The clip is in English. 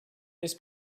miss